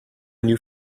new